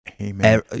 Amen